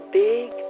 big